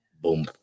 boom